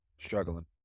Struggling